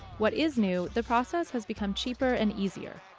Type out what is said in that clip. what is new the process has become cheaper and easier.